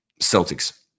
Celtics